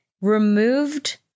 removed